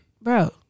Bro